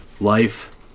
life